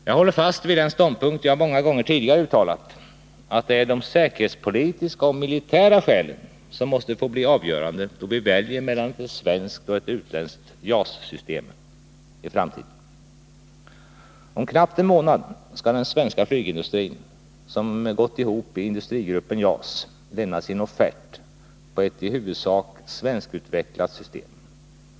Jag håller fast vid den ståndpunkt jag många gånger tidigare uttalat, att det är de säkerhetspolitiska och militära skälen som måste få bli avgörande då vi väljer mellan ett svenskt och ett utländskt JAS-system i framtiden. Om knappt en månad skall den svenska flygindustrin, som gått ihop i Industrigruppen JAS, lämna sin offert på ett i huvudsak svenskutvecklat system.